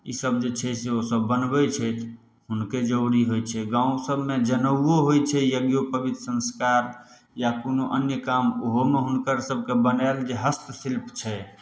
ईसभ जे छै से ओसभ बनबै छथि हुनके जरूरी होइ छै गाँवसभमे जनेउओ होइ छै यज्ञोपवीत संस्कार या कोनो अन्य काम ओहोमे हुनकरसभके बनायल जे हस्त शिल्प छै